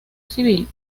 civil